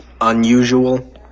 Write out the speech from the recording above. unusual